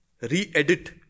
re-edit